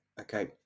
Okay